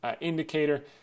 indicator